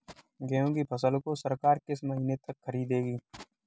गेहूँ की फसल को सरकार किस महीने तक खरीदेगी?